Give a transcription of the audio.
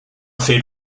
fer